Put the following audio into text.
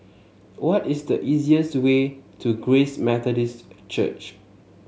what is the easiest way to Grace Methodist Church